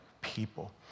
people